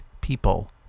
people